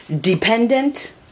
dependent